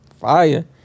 Fire